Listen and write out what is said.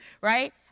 right